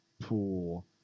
pool